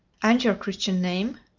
and your christian name?